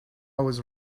was